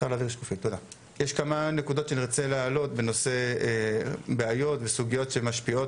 יש כמה נקודות שנרצה להעלות בנושא בעיות וסוגיות שמשפיעות